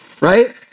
right